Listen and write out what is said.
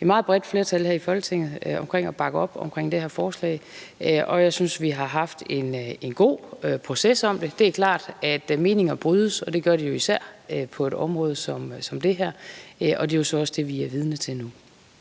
et meget bredt flertal her i Folketinget, som bakker op omkring det her forslag. Jeg synes, at vi har haft en god proces om det. Det er klart, at meninger brydes, og det gør de jo især på et område som det her. Det er jo så også det, vi er vidne til nu.